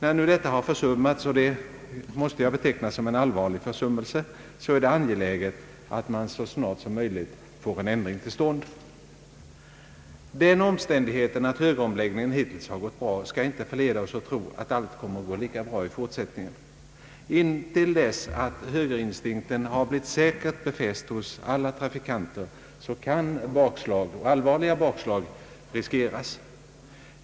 När nu detta har försummats — och det måste jag beteckna som en allvarlig försummelse — är det angeläget att så snart som möjligt få en ändring till stånd. Den omständigheten att högeromläggningen hittills har gått bra skall inte förleda oss att tro att allt kommer att gå lika bra i fortsättningen. Intill dess att högerinstinkten har blivit säkert befäst hos alla trafikanter kan bakslag —- och allvarliga bakslag — befaras.